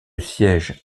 siège